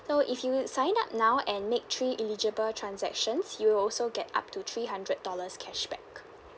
so if you sign up now and make three eligible transactions you will also get up to three hundred dollars cashback